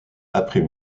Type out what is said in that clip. après